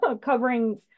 covering